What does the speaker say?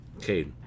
Okay